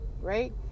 right